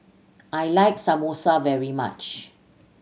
I like Samosa very much